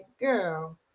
girl